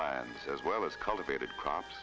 lions as well as cultivated comps